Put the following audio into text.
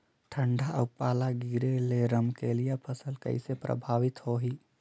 ठंडा अउ पाला गिरे ले रमकलिया फसल कइसे प्रभावित होही?